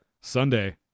Sunday